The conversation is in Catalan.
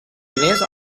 diners